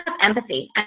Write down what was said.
empathy